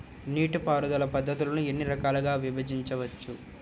నీటిపారుదల పద్ధతులను ఎన్ని రకాలుగా విభజించవచ్చు?